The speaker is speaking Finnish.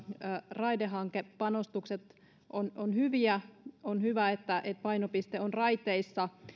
raidehankepanostukset ovat hyviä on hyvä että painopiste on raiteissa